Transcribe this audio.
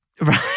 Right